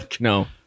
No